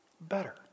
better